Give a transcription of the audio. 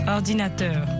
Ordinateur